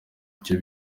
icyo